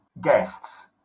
guests